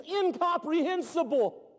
incomprehensible